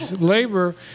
labor